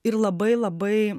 ir labai labai